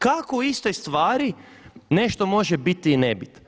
Kako u istoj stvari nešto može biti ili ne bit?